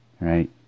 right